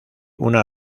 una